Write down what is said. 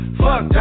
fuck